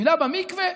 טבילה במקווה,